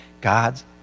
God's